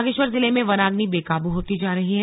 बागेश्वर जिले में वनाग्नि बेकाबू होती जा रही है